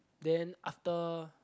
then after